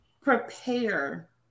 prepare